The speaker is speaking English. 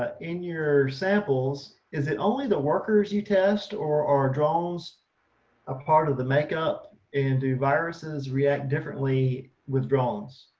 ah in your samples. is it only the workers you test or are dronesa ah part of the makeup and do viruses react differently with drones?